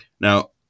Now